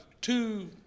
two